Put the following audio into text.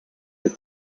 that